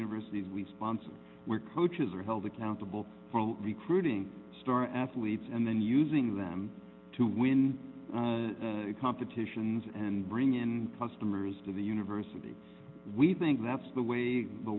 university we sponsor where coaches are held accountable for recruiting star athletes and then using them to win competitions and bring in customers to the university we think that's the way the